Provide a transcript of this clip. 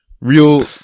real